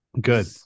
Good